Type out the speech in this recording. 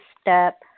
step